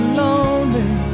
lonely